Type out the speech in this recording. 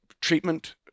treatment